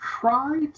try